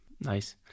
nice